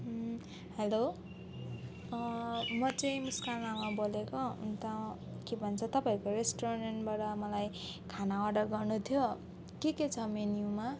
hello म चाहिँ मुस्कान लामा बोलेको अन्त के भन्छ तपाईँहरूको रेस्टुरेन्टबाट मलाई खाना अर्डर गर्नु थियो के के छ मेनुमा